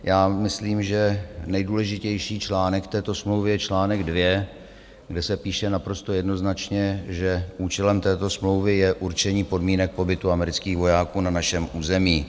Já myslím, že nejdůležitější článek této smlouvy je článek 2, kde se píše naprosto jednoznačně, že účelem této smlouvy je určení podmínek pobytu amerických vojáků na našem území.